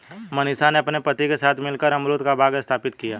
मनीषा ने अपने पति के साथ मिलकर अमरूद का बाग स्थापित किया